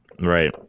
Right